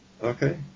Okay